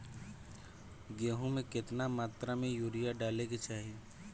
गेहूँ में केतना मात्रा में यूरिया डाले के चाही?